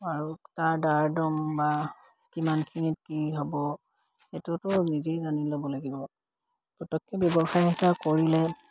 আৰু তাৰ দাৰ দম বা কিমানখিনিত কি হ'ব সেইটোতো নিজেই জানি ল'ব লাগিব পতকে ব্যৱসায় এটা কৰিলে